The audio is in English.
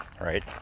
right